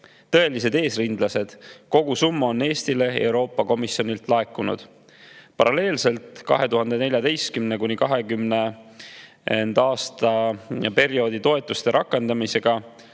tõelised eesrindlased: kogu summa on Eestile Euroopa Komisjonilt laekunud. Paralleelselt 2014.–2020. aasta perioodi toetuste rakendamisega